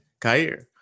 Kair